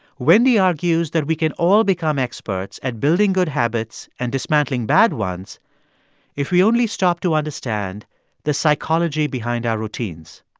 wendy argues that we can all become experts at building good habits and dismantling bad ones if we only stop to understand the psychology behind our routines